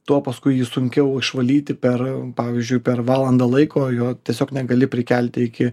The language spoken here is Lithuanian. tuo paskui jį sunkiau išvalyti per pavyzdžiui per valandą laiko jo tiesiog negali prikelti iki